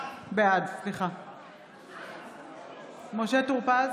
בעד משה טור פז,